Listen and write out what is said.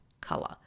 color